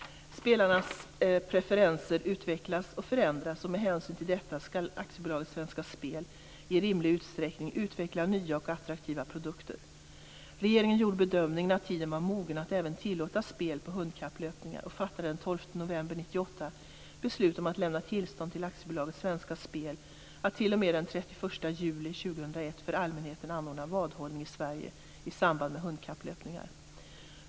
Spelarnas preferenser utvecklas och förändras och med hänsyn till detta skall AB Svenska Spel, i rimlig utsträckning, utveckla nya och attraktiva produkter. Regeringen gjorde bedömningen att tiden var mogen att även tillåta spel på hundkapplöpningar och fattade den 12 november Spel att t.o.m. den 31 juli 2001 för allmänheten anordna vadhållning i Sverige i samband med hundkapplöpningar.